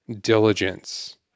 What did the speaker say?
diligence